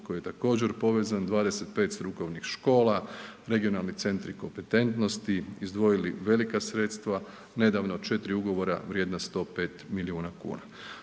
koji je također povezan 25 strukovnih škola, Regionalni centri kompetentnosti izdvojili velika sredstva, nedavno 4 ugovora vrijedna 105 milijuna kuna,